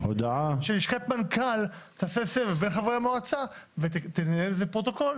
לשכת מנכ"ל תעשה סבב בין חברי המועצה ותנהל על זה פרוטוקול,